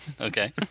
Okay